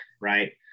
right